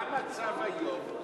מה המצב היום?